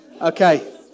Okay